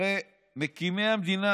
הרי מקימי המדינה,